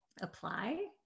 apply